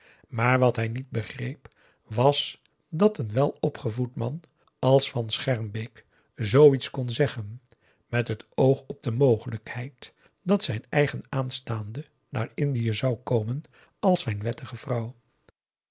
maar wat hij niet begreep was dat een welopgevoed man als van schermbeek zoo iets kon zeggen met het oog op de mogelijkheid dat zijn eigen aanstaande naar indië zou komen als zijn